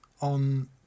on